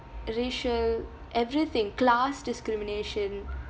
racial everything class discrimination